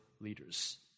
leaders